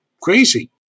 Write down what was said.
crazy